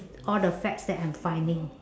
all the facts that I'm finding